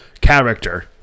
character